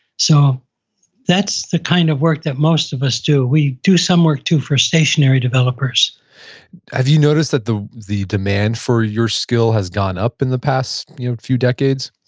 so that's the kind of work that most of us do. we do some work too, for stationary developers have you noticed that the the demand for your skill has gone up in the past few decades?